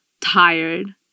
tired